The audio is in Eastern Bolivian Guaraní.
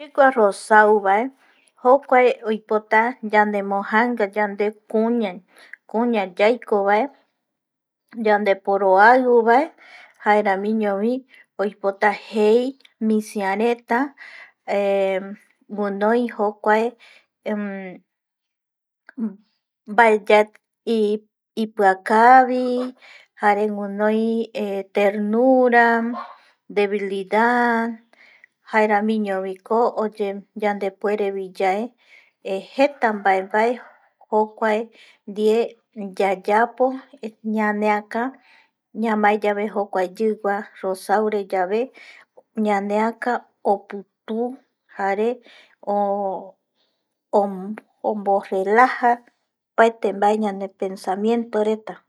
Yigua rosado bae jokuae oipota yanemojanga mopeti kuña yaiko bae yande poroaiu bae jaeramiño bi oipotajei misia reta eh winoi jokuae ,baeyae, ipia kabi, jare winoi bi ternura debilidad jaeramiño bi ko yande puere bi yae jeta baebae jokuae die yayapo ñaneka ñamae yave jokuae yigua rosao bare ñaneaka oputu jare omo relaja opaete bae yande pensamiento reta